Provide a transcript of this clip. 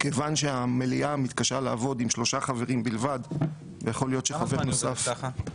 כיוון שהמליאה מתקשה לעבוד עם שלושה חברים בלבד -- כמה זמן זה ככה?